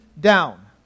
down